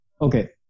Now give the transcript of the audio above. Okay